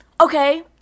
Okay